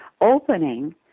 opening